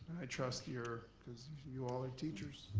i trust your, because you all are teachers.